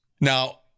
Now